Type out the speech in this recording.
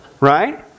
Right